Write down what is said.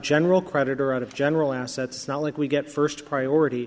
general creditor out of general assets not like we get first priority